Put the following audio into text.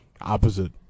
opposite